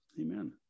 Amen